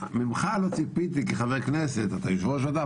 לא ציפיתי כחבר כנסת אתה יושב-ראש ועדה,